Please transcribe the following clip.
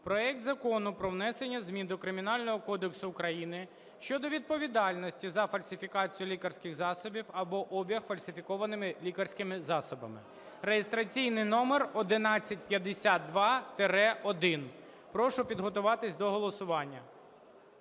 проект Закону про внесення змін до Кримінального кодексу України щодо відповідальності за фальсифікацію лікарських засобів або обіг фальсифікованих лікарських засобів (реєстраційний номер 1152-1). Прошу підготуватись до голосування.